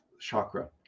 chakra